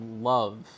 love